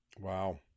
Wow